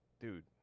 Dude